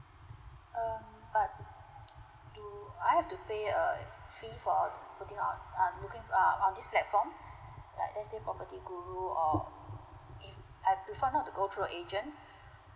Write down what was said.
um but do I have to pay a fee for putting on uh looking err on this platform like let's say property guru or eh I prefer not to go through agent